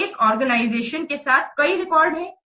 तो एक ऑर्गेनाइजेशन के साथ कई रिकॉर्ड हैं